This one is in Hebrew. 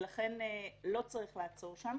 לכן, לא צריך לעצור שם.